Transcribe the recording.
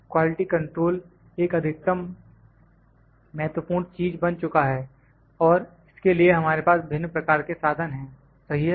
quality control एक अधिकतम महत्वपूर्ण चीज बन चुका है और इसके लिए हमारे पास भिन्न प्रकार के साधन हैं सही है